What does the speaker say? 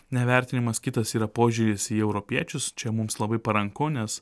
nevertinimas kitas yra požiūris į europiečius čia mums labai paranku nes